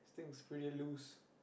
thing's pretty loose